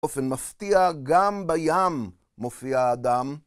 באופן מפתיע גם בים מופיע אדם.